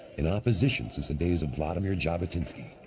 in opposition since the days of vladimir jabotinsky,